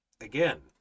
Again